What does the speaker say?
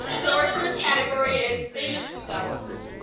so our first category is famous blue doubles.